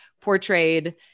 portrayed